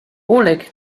oleg